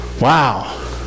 wow